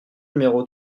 numéro